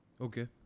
Okay